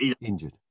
Injured